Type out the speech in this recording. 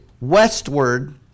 westward